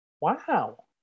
Wow